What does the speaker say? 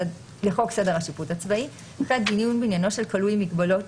סדר השיפוט הצבאי; (ח) דיון בעניינו של כלוא עם מוגבלות